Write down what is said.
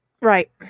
Right